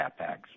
CapEx